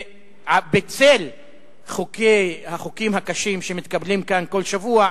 בצל החוקים הקשים שמתקבלים כאן כל שבוע,